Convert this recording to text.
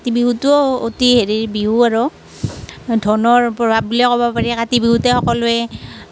কাতি বিহুটো অতি হেৰিৰ বিহু আৰু ধনৰ প্ৰভাৱ বুলিয়েই ক'ব পাৰি কাতি বিহুতে সকলোৱে